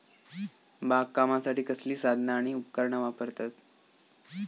बागकामासाठी कसली साधना आणि उपकरणा वापरतत?